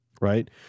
Right